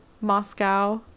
Moscow